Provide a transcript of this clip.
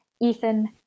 Ethan